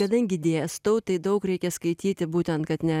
kadangi dėstau tai daug reikia skaityti būtent kad ne